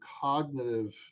cognitive